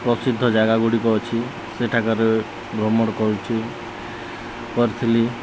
ପ୍ରସିଦ୍ଧ ଜାଗା ଗୁଡ଼ିକ ଅଛି ସେଠାକାରେ ଭ୍ରମଣ କରୁଛିି କରିଥିଲି